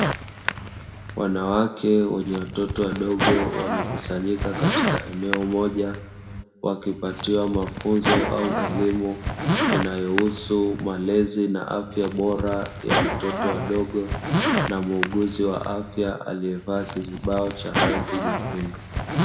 Wanawake wenye watoto wadogo wamekusanyika katika eneo moja wakipatiwa mafunzo au elimu inayohusu malezi na afya bora ya watoto wadogo, na muuguzi wa afya aliyevaa kizibao cha rangi nyekundu.